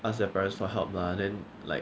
ask their parents for help lah then like